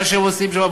מה שהם עושים שם,